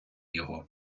його